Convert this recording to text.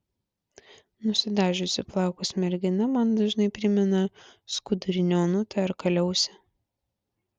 nusidažiusi plaukus mergina man dažnai primena skudurinę onutę ar kaliausę